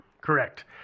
Correct